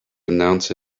announce